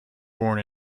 born